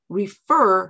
refer